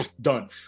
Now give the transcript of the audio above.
done